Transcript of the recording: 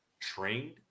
trained